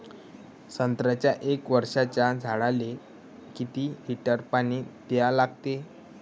संत्र्याच्या एक वर्षाच्या झाडाले किती लिटर पाणी द्या लागते?